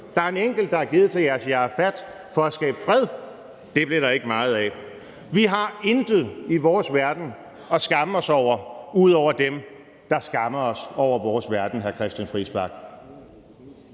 Der er en enkelt, der er givet til Yasser Arafat for at skabe fred. Det blev der ikke meget af. Vi har intet i vores verden at skamme os over ud over dem, der skammer sig over vores verden, hr. Christian Friis